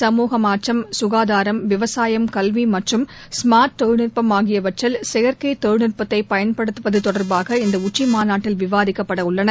சமுக மாற்றம் சுகாதாரம் விவசாயம் கல்வி மற்றும் ஸ்மார்ட் தொழில்நுட்பம் ஆகியவற்றில் செயற்கை தொழில்நட்பத்தைப் பயன்படுத்துவது தொடர்பாக இந்த உச்சி மாநாட்டில் விவாதிக்கப்பட உள்ளன